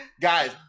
guys